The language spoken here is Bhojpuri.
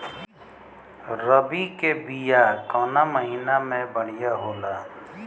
रबी के बिया कवना महीना मे बढ़ियां होला?